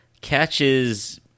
catches